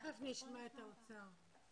תכף נשמע את האוצר.